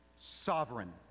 Sovereign